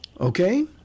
Okay